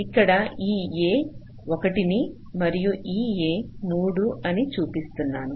ఇక్కడ ఈ A 1 అని మరియు ఈ A 3 అని చూపిస్తున్నాను